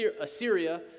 Assyria